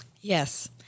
Yes